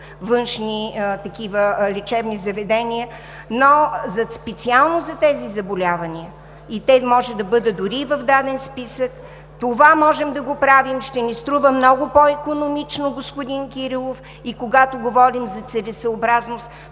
външни лечебни заведения, но специално за тези заболявания, и те може да бъдат дори и в даден списък, това можем да го правим – ще ни струва много по-икономично, господин Кирилов. И когато говорим за целесъобразност,